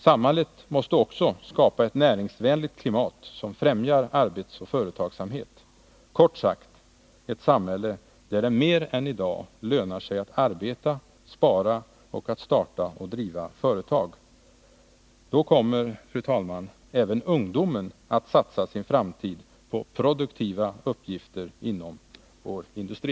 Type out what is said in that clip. Samhället måste skapa ett näringsvänligt klimat som främjar arbetsamhet och företagsamhet — kort sagt ett samhälle där det mer än i dag lönar sig att arbeta, att spara och att starta och driva företag. Då kommer, fru talman, även ungdomen att satsa sin framtid på produktiva uppgifter inom vår industri.